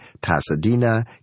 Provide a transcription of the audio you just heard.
Pasadena